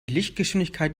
lichtgeschwindigkeit